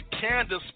Candace